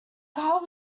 car